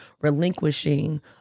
relinquishing